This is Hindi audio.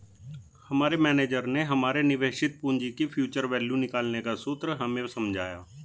हमारे मेनेजर ने हमारे निवेशित पूंजी की फ्यूचर वैल्यू निकालने का सूत्र हमें समझाया